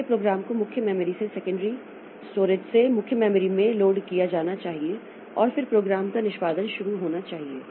इसलिए प्रोग्राम को मुख्य मेमोरी में सेकेंडरी स्टोरेज से लोड किया जाना चाहिए और फिर प्रोग्राम का निष्पादन शुरू होना चाहिए